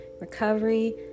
recovery